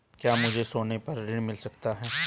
क्या मुझे सोने पर ऋण मिल सकता है?